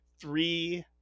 three